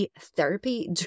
therapy